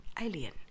alien